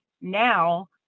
now